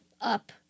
up